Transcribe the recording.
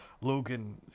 Logan